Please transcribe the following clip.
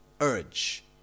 Urge